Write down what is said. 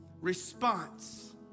Response